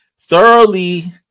thoroughly